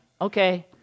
Okay